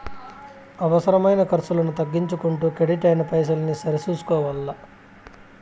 అవసరమైన కర్సులను తగ్గించుకుంటూ కెడిట్ అయిన పైసల్ని సరి సూసుకోవల్ల